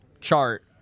chart